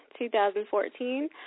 2014